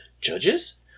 judges